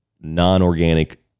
non-organic